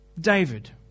David